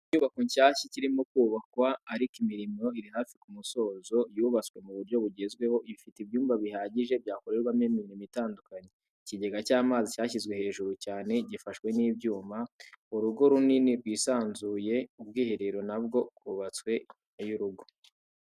Inyubako nshyashya ikirimo kubakwa ariko imirimo iri hafi ku musozo yubatswe mu buryo bugezweho ifite ibyumba bihagije byakorerwamo imirimo itandukanye, ikigega cy'amazi cyashyizwe hejuru cyane gifashwe n'ibyuma, urugo runini rwisanzuye, ubwiherero nabwo bwubatswe inyuma y'urugo.